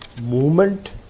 movement